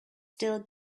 still